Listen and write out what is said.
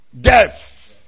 death